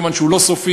כיוון שהוא לא סופי,